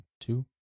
two